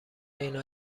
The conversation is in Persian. اینها